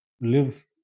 live